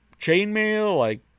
chainmail-like